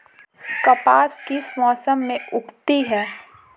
कपास किस मौसम में उगती है?